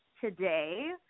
today